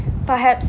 perhaps